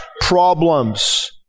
problems